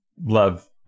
love